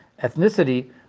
ethnicity